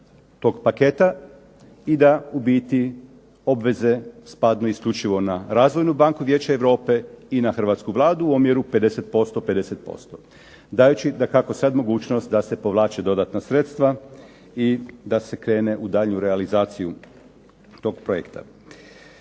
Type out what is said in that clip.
i da u biti obveze padnu isključivo na Razvojnu banku Vijeća Europe i na hrvatsku Vladu u omjeru 50%:50%, dajući dakako sad mogućnost da se povlače dodatna sredstva i da se krene u daljnju realizaciju tog projekta.